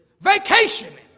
Vacationing